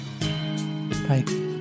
Bye